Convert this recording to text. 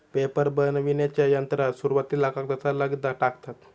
paper बनविण्याच्या यंत्रात सुरुवातीला कागदाचा लगदा टाकतात